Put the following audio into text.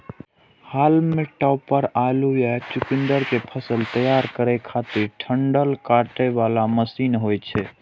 हाल्म topper आलू या चुकुंदर के फसल तैयार करै खातिर डंठल काटे बला मशीन होइ छै